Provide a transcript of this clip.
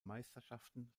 meisterschaften